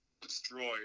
Destroyed